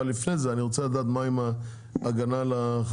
אבל לפני זה אני רוצה לדעת מה עם ההגנה על החקלאים,